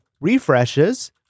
refreshes